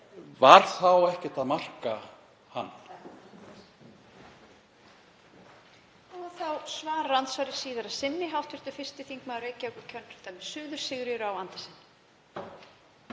var þá ekkert að marka hann?